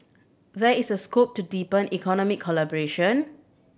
there is a scope to deepen economic collaboration